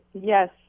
Yes